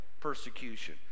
persecution